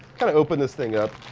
kind of open this thing up.